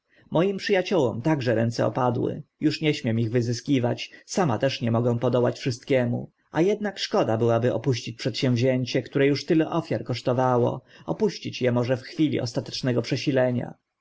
moim przy aciołom także ręce opadły uż nie śmiem ich wyzyskiwać sama też nie mogę podołać wszystkiemu a ednak szkoda byłaby opuścić przedsięwzięcie które uż tyle ofiar kosztowało opuścić e może w chwili ostatecznego przesilenia